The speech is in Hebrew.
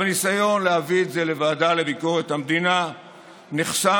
אבל הניסיון להביא את זה לוועדה לביקורת המדינה נחסם,